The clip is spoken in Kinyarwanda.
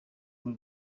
muri